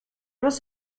was